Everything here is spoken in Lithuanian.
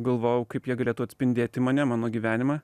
galvojau kaip jie galėtų atspindėti mane mano gyvenimą